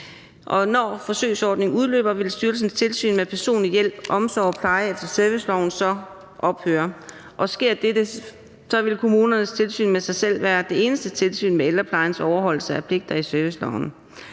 Når forsøgsordningen udløber, vil styrelsens tilsyn med personlig hjælp, omsorg og pleje efter serviceloven så ophøre. Og sker dette, vil kommunernes tilsyn med sig selv være det eneste tilsyn med ældreplejens overholdelse af pligter i serviceloven.